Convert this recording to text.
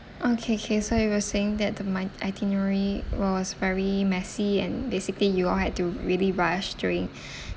okay K so you were saying that the my itinerary was very messy and basically you all had to really rush during